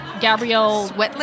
Gabrielle